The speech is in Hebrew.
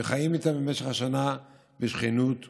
שחיים איתם במשך השנה בשכנות ובשלום.